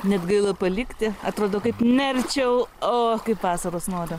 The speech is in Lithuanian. net gaila palikti atrodo kaip nerčiau o kaip vasaros noriu